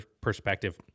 perspective